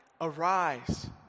arise